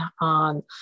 on